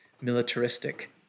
militaristic